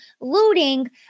looting